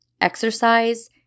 exercise